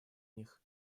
них